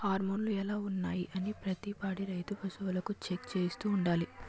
హార్మోన్లు ఎలా ఉన్నాయి అనీ ప్రతి పాడి రైతు పశువులకు చెక్ చేయిస్తూ ఉండాలి